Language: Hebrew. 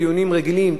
דיונים רגילים,